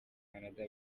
canada